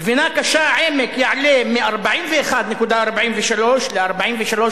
גבינה קשה "עמק" תעלה מ-41.43 ל-43.9,